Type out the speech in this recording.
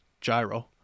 Gyro